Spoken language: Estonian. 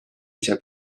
ise